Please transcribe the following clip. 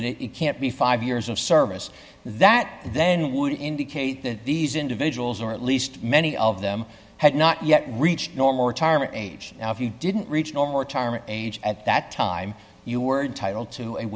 that it can't be five years of service that then would indicate that these individuals or at least many of them had not yet reached normal retirement age now if you didn't reach a normal retirement age at that time you were title to a